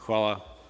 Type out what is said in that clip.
Hvala.